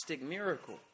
miracle